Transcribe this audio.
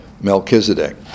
Melchizedek